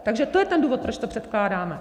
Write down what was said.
Takže to je ten důvod, proč to předkládáme.